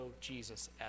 Jesus